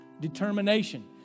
Determination